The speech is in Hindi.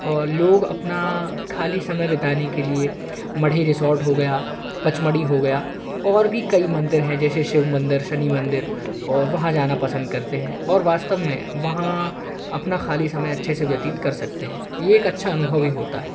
और लोग अपना ख़ाली समय बिताने के लिए मढ़े रिसोर्ट हो गया पचमढ़ी हो गया और भी कई मंदिर हैं जैसे शिव मंदिर शनि मंदिर और वहाँ जाना पसंद करते हैं और वास्तव में वहाँ अपना ख़ाली समय अच्छे से व्यतीत कर सकते हैं यह एक अच्छा अनुभव ही होता है